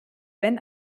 wenn